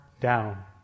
down